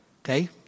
Okay